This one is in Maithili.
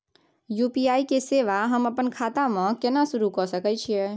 यु.पी.आई के सेवा हम अपने खाता म केना सुरू के सके छियै?